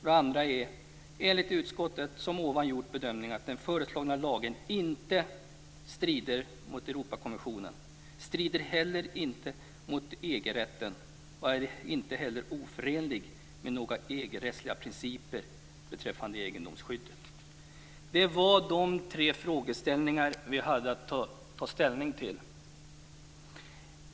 Man skriver vidare att utskottet gjort bedömningen att den föreslagna lagen inte strider mot Europakonventionen, heller inte mot EG-rätten och inte är oförenlig med några EG-rättsliga principer beträffande egendomsskyddet. Detta var de tre frågeställningar vi hade att ta ställning till.